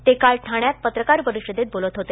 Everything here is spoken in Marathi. ते काल ठाण्यात पत्रकार परिषदेत बोलत होते